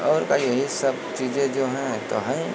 और का यही सब चीज़ें जो हैं तो हैं